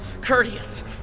Courteous